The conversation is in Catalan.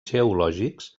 geològics